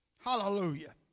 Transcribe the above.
Hallelujah